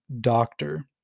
doctor